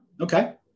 Okay